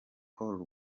call